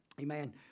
amen